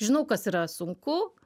žinau kas yra sunku